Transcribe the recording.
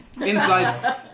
Inside